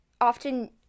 often